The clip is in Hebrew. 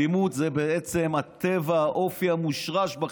האלימות זה בעצם הטבע, האופי המושרש בכם,